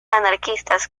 anarquistas